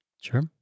Sure